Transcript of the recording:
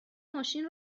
ماشین